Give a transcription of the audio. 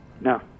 No